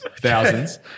thousands